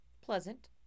Pleasant